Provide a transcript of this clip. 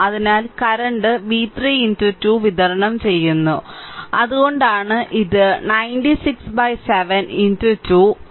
അതിനാൽ current v3 2 വിതരണം ചെയ്യുന്നു അതുകൊണ്ടാണ് ഇത് 967 2